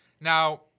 Now